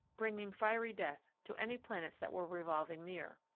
bringing fiery death to any planets that were revolving near.